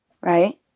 Right